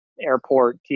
airport